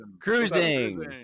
Cruising